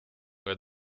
aga